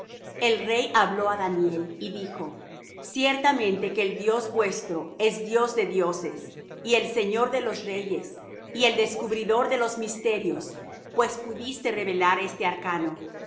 el rey habló á daniel y dijo ciertamente que el dios vuestro es dios de dioses y el señor de los reyes y el descubridor de los misterios pues pudiste revelar este arcano